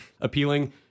appealing